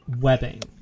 webbing